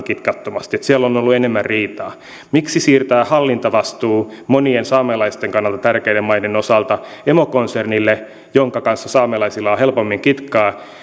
kitkattomasti siellä on on ollut enemmän riitaa miksi siirtää hallintavastuu monien saamelaisten kannalta tärkeiden maiden osalta emokonsernille jonka kanssa saamelaisilla on helpommin kitkaa